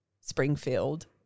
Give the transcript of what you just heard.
Springfield